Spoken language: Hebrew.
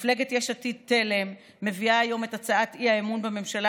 מפלגת יש עתיד-תל"ם מביאה היום את הצעת האי-אמון בממשלה